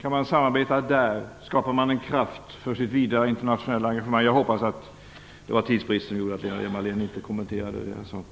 Kan man samarbeta där, skapar man en kraft för sitt vidare internationella engagemang. Jag hoppas att det var tidsbrist som gjorde att Lena Hjelm-Wallén inte kommenterade det.